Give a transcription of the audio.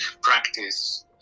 practice